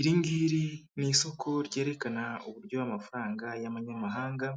Iri ngiri ni isoko ryerekana uburyo amafaranga y'abanyamahanga